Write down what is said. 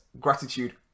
gratitude